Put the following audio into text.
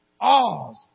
Oz